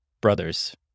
Brothers